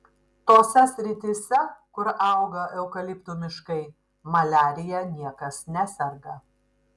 tose srityse kur auga eukaliptų miškai maliarija niekas neserga